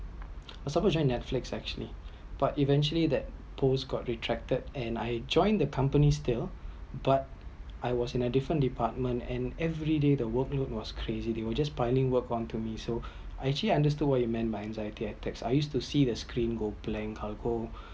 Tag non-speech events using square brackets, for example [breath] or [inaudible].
I supposed to join netflix actually [breath] but eventually that post got retracted and I joined the company still [breath] but I was in a different department and every day the workload was crazy they will just piling work onto me so [breath] I actually understood what you meant by anxiety attack I used to see the screen go blank or go [breath]